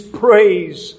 praise